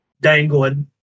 dangling